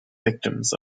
victims